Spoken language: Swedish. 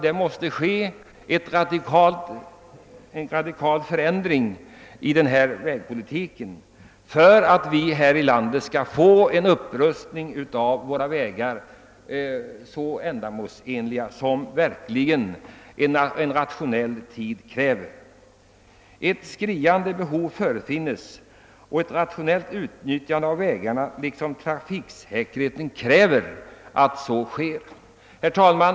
Det måste ske en radikal förändring av vägpolitiken för att vi här i landet skall få våra vägar upprustade så ändamålsenligt och rationellt som tiden kräver. Där föreligger det ett skriande behov. Både vägarnas rationella utnyttjande och trafiksäkerheten kräver att så sker. Herr talman!